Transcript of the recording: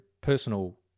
personal